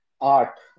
art